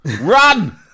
Run